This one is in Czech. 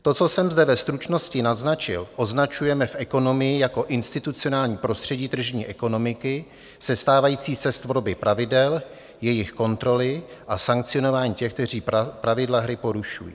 To, co jsem zde ve stručnosti naznačil, označujeme v ekonomii jako institucionální prostředí tržní ekonomiky sestávající z tvorby pravidel, jejich kontroly a sankcionování těch, kteří pravidla hry porušují.